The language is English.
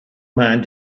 man